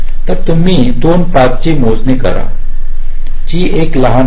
तर तुम्ही दोन्ही पथाची मोजणी करा जी एक लहान आहे